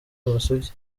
amasugi